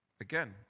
Again